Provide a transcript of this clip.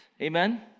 Amen